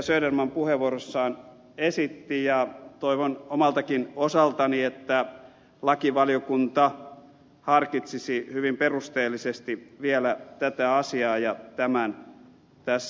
söderman puheenvuorossaan esitti ja toivon omaltakin osaltani että lakivaliokunta harkitsisi hyvin perusteellisesti vielä tätä asiaa ja tämän tässä ed